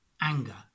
anger